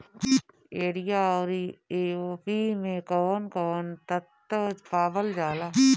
Urea औरी ए.ओ.पी मै कौवन कौवन तत्व पावल जाला?